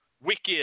wicked